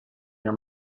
near